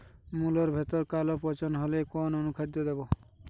মুলোর ভেতরে কালো পচন হলে কোন অনুখাদ্য দেবো?